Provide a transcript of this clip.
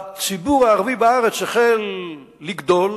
הציבור הערבי בארץ החל לגדול,